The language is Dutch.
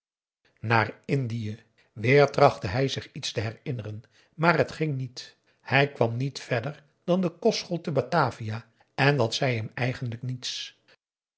indië weer trachtte hij zich iets te herinneren maar het ging niet hij kwam niet verder dan de kostschool te batavia en dat zei hem eigenlijk niets